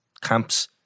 camps